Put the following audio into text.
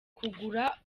kugura